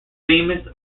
famous